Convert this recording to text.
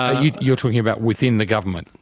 ah you're you're talking about within the government?